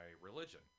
religion